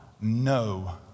No